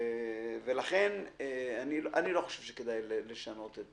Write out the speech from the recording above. לכן אני חושב שלא כדאי לשנות את